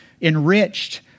enriched